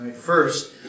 first